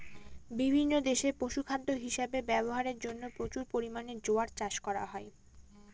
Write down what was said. বিভিন্ন দেশে পশুখাদ্য হিসাবে ব্যবহারের জন্য প্রচুর পরিমাণে জোয়ার চাষ করা হয়